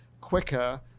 quicker